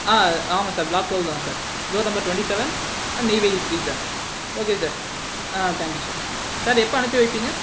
ஆமாம் sir block twelve தான் sir door number twenty seven Neyveli three sir okay sir thank you sir sir எப்போ அனுப்பி வைப்பீங்கள்